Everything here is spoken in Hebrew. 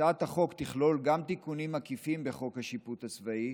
הצעת החוק תכלול גם תיקונים עקיפים בחוק השיפוט הצבאי,